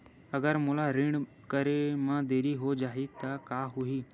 अगर मोला ऋण करे म देरी हो जाहि त का होही?